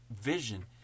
vision